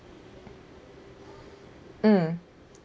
mm